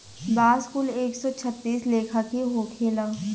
बांस कुल एक सौ छत्तीस लेखा के होखेला